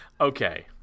Okay